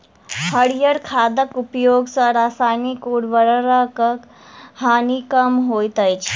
हरीयर खादक उपयोग सॅ रासायनिक उर्वरकक हानि कम होइत अछि